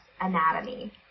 anatomy